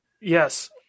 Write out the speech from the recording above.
Yes